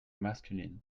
masculine